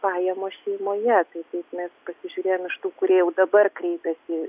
pajamos šeimoje tai taip mes pasižiūrėjom iš tų kurie jau dabar kreipėsi